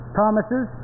promises